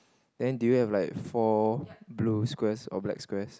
then do you have like four blue squares or black squares